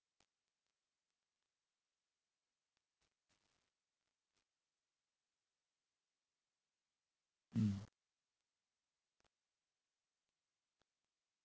mm